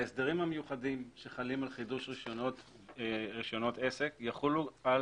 ההסדרים המיוחדים שחלים על חידוש רישיונות עסק יחולו גם